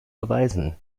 beweisen